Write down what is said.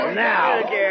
Now